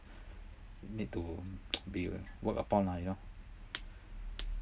need to be worked upon lah you know